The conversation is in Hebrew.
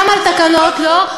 גם על תקנות לא.